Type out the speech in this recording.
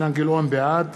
בעד